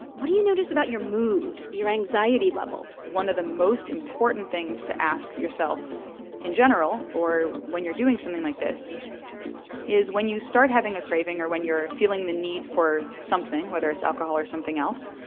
what do you notice about your mood, your anxiety level? one of the most important things to ask yourself in general or when you're doing something like this is when you start having a craving or when you're feeling the need for something, whether it's alcohol or something else,